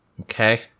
Okay